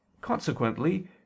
Consequently